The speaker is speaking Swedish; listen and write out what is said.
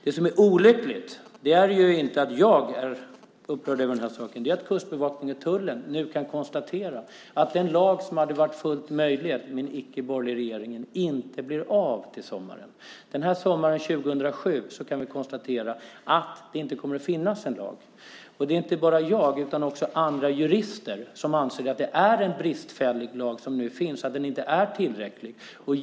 Det som är olyckligt är inte att jag är upprörd, utan det är att Kustbevakningen och tullen nu kan konstatera att den lag som hade varit fullt möjlig med en icke-borgerlig regering inte blir av till sommaren. Sommaren 2007 kommer det inte att finnas en lag. Inte bara jag utan också andra jurister anser att den lag som nu finns är bristfällig och inte tillräcklig.